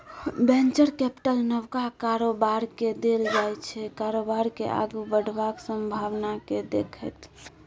venture capital नबका कारोबारकेँ देल जाइ छै कारोबार केँ आगु बढ़बाक संभाबना केँ देखैत